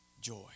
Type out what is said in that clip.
joy